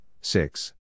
six